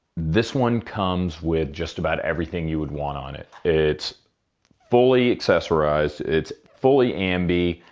this one comes with just about everything you would want on it. it's fully accessorized, it's fully ambi.